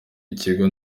ikigo